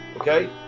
okay